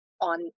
on